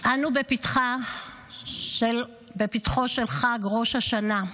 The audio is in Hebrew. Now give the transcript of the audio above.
אנו בפתחו של חג ראש השנה.